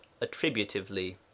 attributively